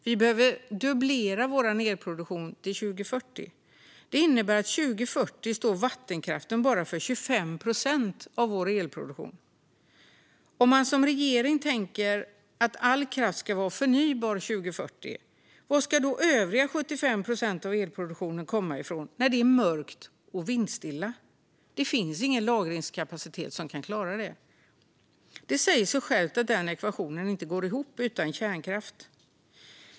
Vi behöver dubblera vår elproduktion till 2040. Det innebär att 2040 står vattenkraften för bara 25 procent av vår elproduktion. Om man som regeringen tänker att all kraft ska vara förnybar 2040, var ska då övriga 75 procent av elproduktionen komma ifrån när det är mörkt och vindstilla? Det finns ingen lagringskapacitet för att klara det. Det säger sig självt att den ekvationen inte går ihop utan kärnkraft.